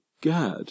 gad